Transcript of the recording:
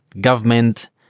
government